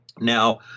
Now